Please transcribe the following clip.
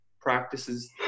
practices